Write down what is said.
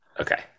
Okay